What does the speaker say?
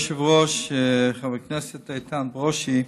אדוני היושב-ראש, חבר הכנסת איתן ברושי,